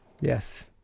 Yes